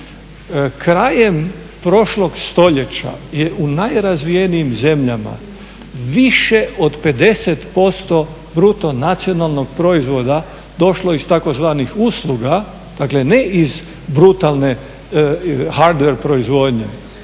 Krajem prošlog stoljeća je u najrazvijenijim zemljama više od 50% BDP-a došlo iz tzv. usluga, dakle ne iz brutalne hardware proizvodnje